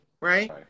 right